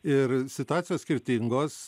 ir situacijos skirtingos